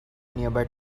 nearby